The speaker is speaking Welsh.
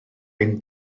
ein